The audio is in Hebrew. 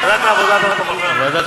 ועדת העבודה והרווחה.